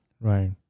Right